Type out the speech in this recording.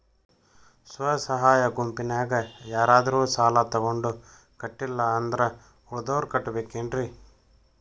ಸ್ವ ಸಹಾಯ ಗುಂಪಿನ್ಯಾಗ ಯಾರಾದ್ರೂ ಸಾಲ ತಗೊಂಡು ಕಟ್ಟಿಲ್ಲ ಅಂದ್ರ ಉಳದೋರ್ ಕಟ್ಟಬೇಕೇನ್ರಿ?